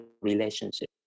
relationship